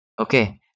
Okay